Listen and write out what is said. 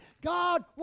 God